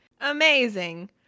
Amazing